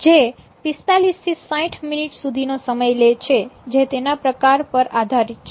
જે ૪૫ થી ૬૦ મિનિટ સુધી નો સમય લે છે જે તેના પ્રકાર પર આધારિત છે